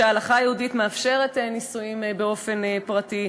שההלכה היהודית מאפשרת נישואים באופן פרטי.